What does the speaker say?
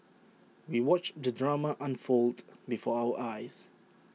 we watched the drama unfold before our eyes